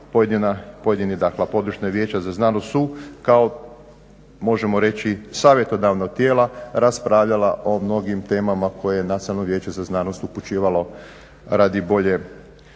pojedini, dakle područna Vijeća za znanost su kao možemo reći savjetodavna tijela raspravljala o mnogim temama koje je Nacionalno vijeće za znanost upućivalo radi bolje